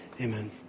Amen